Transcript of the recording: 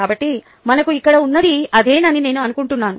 కాబట్టి మనకు ఇక్కడ ఉన్నది అదేనని నేను అనుకుంటున్నాను